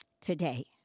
today